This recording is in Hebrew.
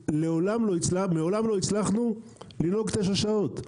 מעולם לא הצלחנו לנהוג תשע שעות,